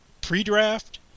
pre-draft